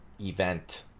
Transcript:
event